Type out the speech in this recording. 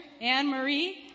Anne-Marie